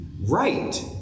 Right